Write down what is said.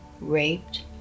raped